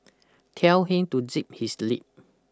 tell him to zip his lip